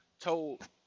told